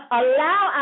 allow